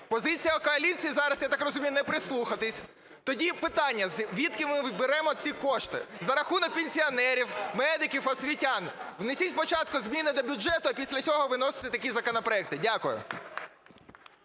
Позиція коаліції зараз, я так розумію, не прислухатись. Тоді питання: звідки ми беремо ці кошти – за рахунок пенсіонерів, медиків, освітян. Внесіть спочатку зміни до бюджету, а після цього виносьте такі законопроекти. Дякую.